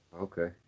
Okay